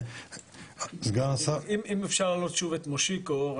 אם אפשר להעלות שוב את מושיקו.